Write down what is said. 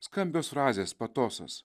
skambios frazės patosas